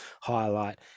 highlight